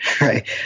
right